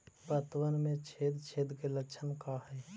पतबन में छेद छेद के लक्षण का हइ?